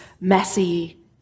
messy